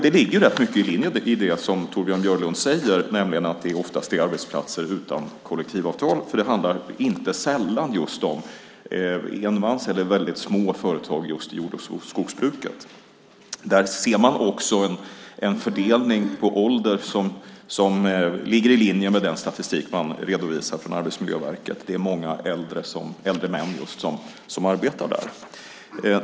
Det ligger rätt mycket i linje med det som Torbjörn Björlund säger, nämligen att det oftast är fråga om arbetsplatser utan kollektivavtal, för det handlar inte sällan om enmansföretag eller om väldigt små företag i just jord och skogsbruket. Där ser man också en åldersfördelning som ligger i linje med den statistik som Arbetsmiljöverket redovisar. Det är just många äldre män som arbetar där.